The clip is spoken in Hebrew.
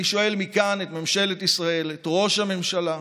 אני שואל מכאן את ממשלת ישראל, את ראש הממשלה: